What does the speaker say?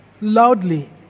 loudly